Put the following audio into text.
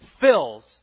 fills